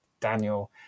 Daniel